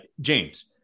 James